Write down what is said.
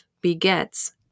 Begets